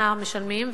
הנער משלמים,